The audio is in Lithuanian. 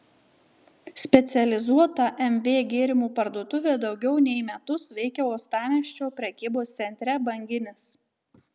specializuota mv gėrimų parduotuvė daugiau nei metus veikia uostamiesčio prekybos centre banginis